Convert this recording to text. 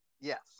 yes